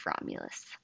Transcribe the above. Romulus